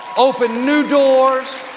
open new doors,